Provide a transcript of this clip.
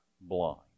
blind